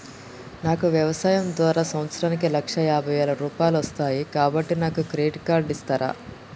నాకు వ్యవసాయం ద్వారా సంవత్సరానికి లక్ష నలభై వేల రూపాయలు వస్తయ్, కాబట్టి నాకు క్రెడిట్ కార్డ్ ఇస్తరా?